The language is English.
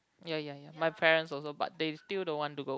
ya ya ya my parents also but they still don't want to go